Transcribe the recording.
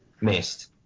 missed